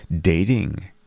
dating